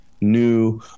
new